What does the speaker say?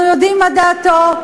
אנחנו יודעים מה דעתו,